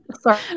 sorry